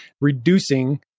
reducing